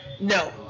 No